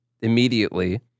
immediately